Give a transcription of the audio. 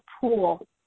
pool